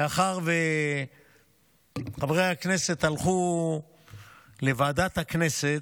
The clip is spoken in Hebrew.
מאחר שחברי הכנסת הלכו לוועדת הכנסת,